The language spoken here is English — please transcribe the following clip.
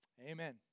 Amen